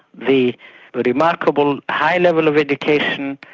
the remarkable high level of education,